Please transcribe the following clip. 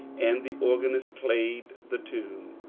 and the organist played the tune,